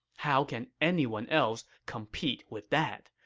how can anyone else compete with that?